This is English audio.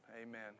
Amen